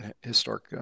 historic